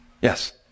Yes